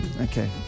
Okay